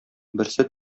берсе